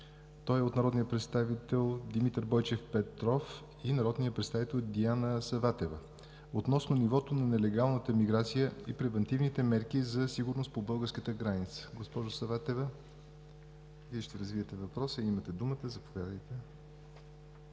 Той е от народния представител Димитър Бойчев Петров и народния представител Диана Саватева относно нивото на нелегалната миграция и превантивните мерки за сигурност по българската граница. Госпожо Саватева, Вие ще развиете въпроса. Имате думата, заповядайте.